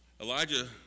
Elijah